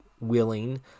Willing